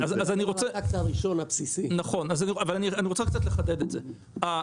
כן, אבל אני רוצה לחדד את זה קצת.